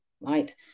right